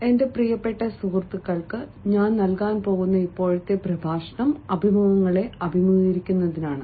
എന്റെ പ്രിയപ്പെട്ട സുഹൃത്തുക്കൾക്ക് ഞാൻ നൽകാൻ പോകുന്ന ഇപ്പോഴത്തെ പ്രഭാഷണം അഭിമുഖങ്ങളെ അഭിമുഖീകരിക്കുന്നതിനാണ്